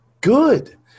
good